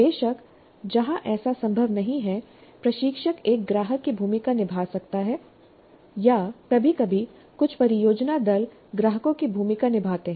बेशक जहां ऐसा संभव नहीं है प्रशिक्षक एक ग्राहक की भूमिका निभा सकता है या कभी कभी कुछ परियोजना दल ग्राहकों की भूमिका निभाते हैं